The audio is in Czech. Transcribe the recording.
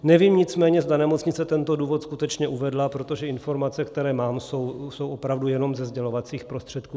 Nevím nicméně, zda nemocnice tento důvod skutečně uvedla, protože informace, které mám, jsou opravdu jenom ze sdělovacích prostředků.